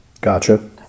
Gotcha